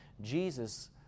Jesus